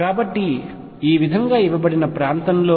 కాబట్టి ఈ విధంగా ఇవ్వబడిన ఈ ప్రాంతంలో